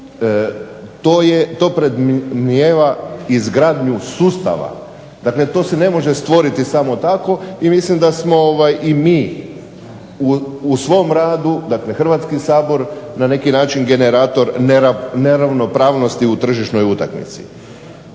to predmnijeva izgradnju sustava. Dakle, to se ne može stvoriti samo tako i mislim da smo i mi u svom radu dakle Hrvatski sabor na neki način generator neravnopravnosti u tržišnoj utakmici.